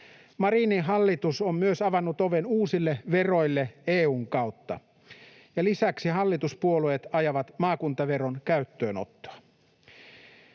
Marinin hallitus on myös avannut oven uusille veroille EU:n kautta, ja lisäksi hallituspuolueet ajavat maakuntaveron käyttöönottoa.